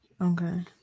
Okay